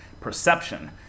perception